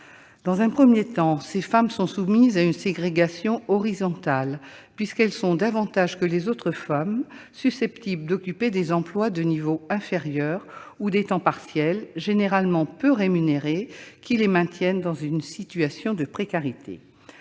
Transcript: Dans un premier temps, ces femmes sont soumises à une ségrégation horizontale puisqu'elles sont, davantage que les autres femmes, susceptibles d'occuper des emplois de niveau inférieur ou des temps partiels, généralement peu rémunérés, qui les maintiennent dans une situation de précarité.